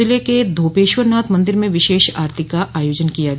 जिले के धोपेश्वरनाथ मंदिर में विशेष आरती का आयोजन किया गया